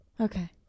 Okay